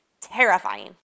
Terrifying